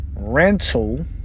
rental